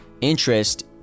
interest